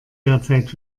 derzeit